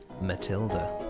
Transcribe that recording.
Matilda